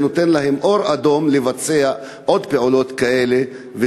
נותנת להם אור ירוק לביצוע עוד פעולות כאלה,